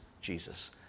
Jesus